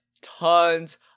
tons